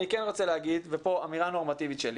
אני כן רוצה להגיד, ופה אמירה נורמטיבית שלי,